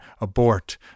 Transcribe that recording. Abort